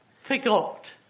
forgot